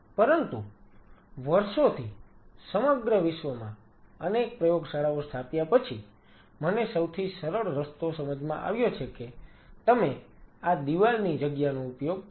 પરંતુ વર્ષોથી સમગ્ર વિશ્વમાં અનેક પ્રયોગશાળાઓ સ્થાપ્યા પછી મને સૌથી સરળ રસ્તો સમજમાં આવ્યો છે કે તમે આ દિવાલની જગ્યાનો ઉપયોગ કરો